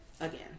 again